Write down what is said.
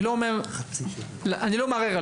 החוצה אני חושב שאי אפשר להפחית את הדברים האלה.